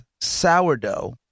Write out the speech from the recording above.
sourdough